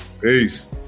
peace